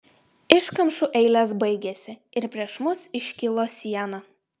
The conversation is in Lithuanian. iškamšų eilės baigėsi ir prieš mus iškilo siena